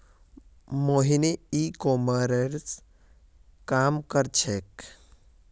मोहिनी ई कॉमर्सेर काम कर छेक्